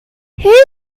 who